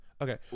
Okay